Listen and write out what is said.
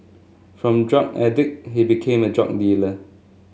from drug addict he became a drug dealer